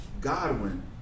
Godwin